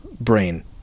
brain